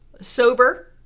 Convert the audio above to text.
sober